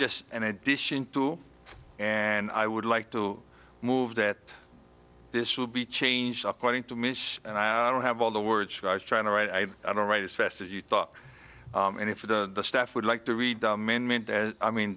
just an addition to and i would like to move that this will be changed according to me and i don't have all the words i was trying to write i don't write as fast as you thought and if the staff would like to read the amendment i mean